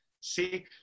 see